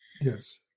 Yes